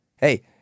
Hey